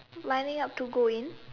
lining up to go in